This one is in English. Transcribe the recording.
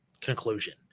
conclusion